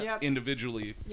individually